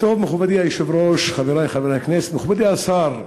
מכובדי היושב-ראש, חברי חברי הכנסת, מכובדי השר,